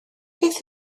beth